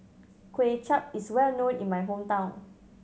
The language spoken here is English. Kway Chap is well known in my hometown